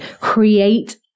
create